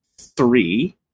three